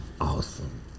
awesome